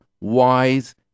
wise